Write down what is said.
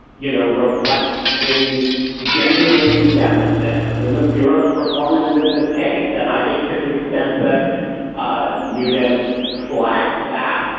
you know, reflects a genuine deficit in the bureau's performance in this case. and i think to the extent that ah newt has flagged that,